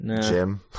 Jim